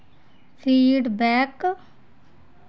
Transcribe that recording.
feedback